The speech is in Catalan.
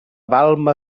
balma